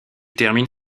termine